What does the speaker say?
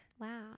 Wow